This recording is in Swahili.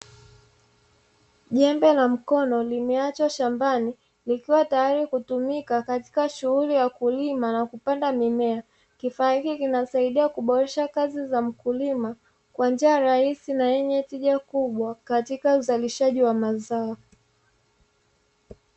Jembe na mkono limeachwa shambani, likiwa tayari kutumika katika shughuli ya kulima na kupanda mimea. Kifaa hiki kinasaidia kuboresha kazi za mkulima kwa njia rahisi na yenye tija kubwa katika uzalishaji wa mazao.